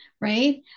Right